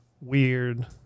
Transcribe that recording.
weird